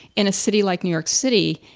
in a city like new york city,